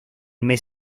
mes